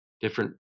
different